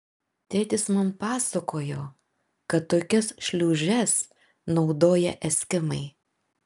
tėtis man pasakojo kad tokias šliūžes naudoja eskimai